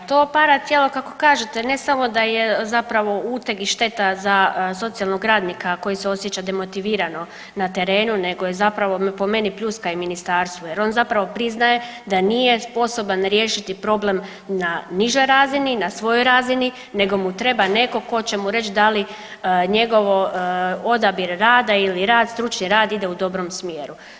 Pa to paratijelo kako kažete ne samo da je zapravo uteg i šteta za socijalnog radnika koji se osjeća demotivirano na terenu, nego je zapravo pljuska i ministarstvu, jer on zapravo priznaje da nije sposoban riješiti problem na nižoj razini, na svojoj razini nego mu treba netko tko će mu reći da li njegov odabir rada ili rad, stručni rad ide u dobrom smjeru.